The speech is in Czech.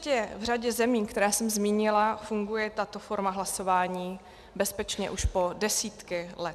Ve světě v řadě zemí, které jsem zmínila, funguje tato forma hlasování bezpečně už po desítky let.